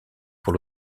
pour